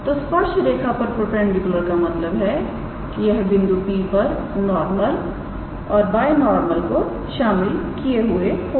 तो स्पर्श रेखा पर परपेंडिकुलर का मतलब है कि यह बिंदु P पर नॉर्मल और बाय नॉर्मल को शामिल किए हुए होगा